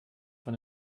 von